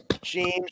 James